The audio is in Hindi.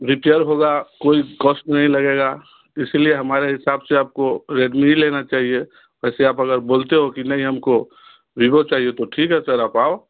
रिपेयर होगा कोई कॉस्ट नहीं लगेगा इस लिए हमारे हिसाब से आपको रेडमी ही लेना चाहिए वैसे आप अगर बोलते हो कि नहीं हम को विवो चाहिए तो ठीक है सर आप आओ